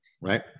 right